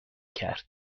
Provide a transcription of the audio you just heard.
کرد